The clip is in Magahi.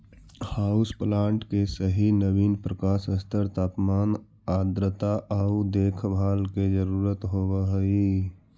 हाउस प्लांट के सही नवीन प्रकाश स्तर तापमान आर्द्रता आउ देखभाल के जरूरत होब हई